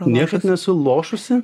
niekad nesu lošusi